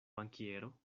bankiero